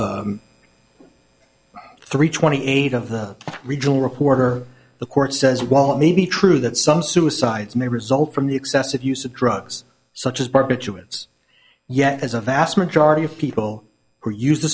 three twenty eight of the regional reporter the court says while it may be true that some suicides may result from the excessive use of drugs such as barbiturates yet has a vast majority of people who use